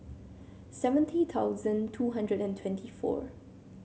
seventy thousand two hundred and twenty four